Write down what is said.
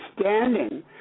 standing